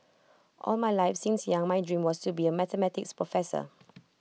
all my life since young my dream was to be A mathematics professor